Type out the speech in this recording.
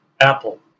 Apple